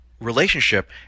relationship